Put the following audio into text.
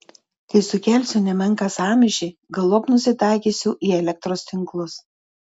kai sukelsiu nemenką sąmyšį galop nusitaikysiu į elektros tinklus